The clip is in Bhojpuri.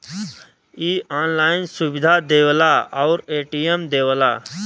इ ऑनलाइन सुविधा देवला आउर ए.टी.एम देवला